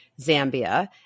Zambia